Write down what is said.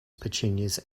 petunias